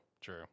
true